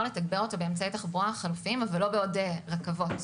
לתגבר באמצעי תחבורה חלופיים אבל לא בעוד רכבות.